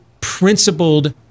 principled